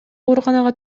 ооруканага